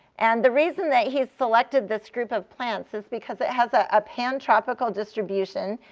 and the reason that he's selected this group of plants is because it has a pan-tropical distribution.